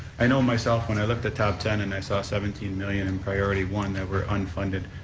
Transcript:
i know myself when i looked at tab ten and i saw seventeen million in priority one that were unfunded,